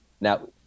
Now